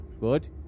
Good